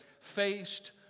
faced